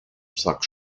sack